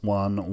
one